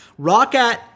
Rockat